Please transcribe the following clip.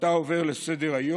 ואתה עובר לסדר-היום?